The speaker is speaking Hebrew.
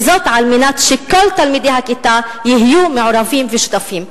וזאת על מנת שכל תלמידי הכיתה יהיו מעורבים ושותפים.